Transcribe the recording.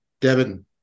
Devin